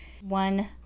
One